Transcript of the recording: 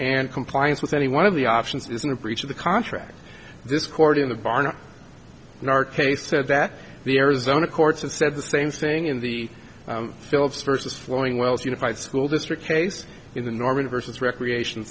and compliance with any one of the options isn't a breach of the contract this court in the barn or in our case said that the arizona courts have said the same thing in the philips versus flowing wells unified school district case in the norman versus recreation